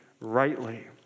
rightly